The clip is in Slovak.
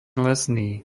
lesný